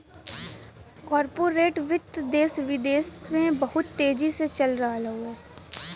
corporate वित्त देस विदेस में बहुत तेजी से चल रहल हउवे